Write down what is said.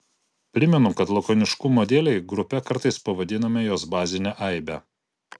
primenu kad lakoniškumo dėlei grupe kartais pavadiname jos bazinę aibę